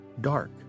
dark